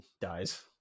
dies